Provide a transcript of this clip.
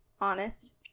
Honest